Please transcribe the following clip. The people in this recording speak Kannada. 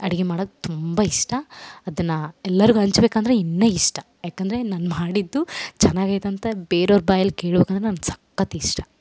ಅಡುಗೆ ಮಾಡೊಕ್ ತುಂಬ ಇಷ್ಟ ಅದನ್ನು ಎಲ್ಲರಿಗು ಹಂಚ್ಬೇಕಂದ್ರೆ ಇನ್ನು ಇಷ್ಟ ಯಾಕಂದರೆ ನಾನು ಮಾಡಿದ್ದು ಚೆನ್ನಾಗೈತಂತ ಬೇರೋರ ಬಾಯಲ್ಲಿ ಕೇಳೋಕಂದ್ರೆ ನನ್ಗೆ ಸಕ್ಕತ್ ಇಷ್ಟ